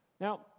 Now